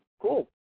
Cool